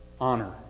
honor